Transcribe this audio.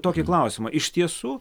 tokį klausimą iš tiesų